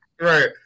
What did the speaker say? Right